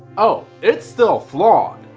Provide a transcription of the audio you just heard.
oh it's still flawed,